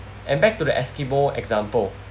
and back to the eskimo example